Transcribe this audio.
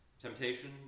Temptation